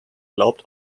glaubt